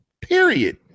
Period